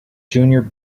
junior